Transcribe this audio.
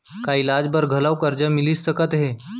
का इलाज बर घलव करजा मिलिस सकत हे?